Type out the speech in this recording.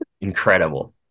Incredible